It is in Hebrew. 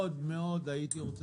מאוד הייתי רוצה.